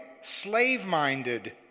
slave-minded